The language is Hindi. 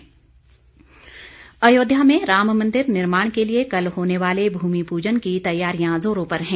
राम मंदिर अयोध्या में राम मंदिर निर्माण के लिए कल होने वाले भूमि पूजन की तैयारियां जोरों पर है